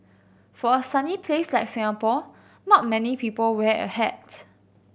for a sunny place like Singapore not many people wear a hats